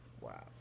Wow